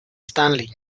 stanley